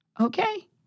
Okay